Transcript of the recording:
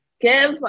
give